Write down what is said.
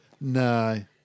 no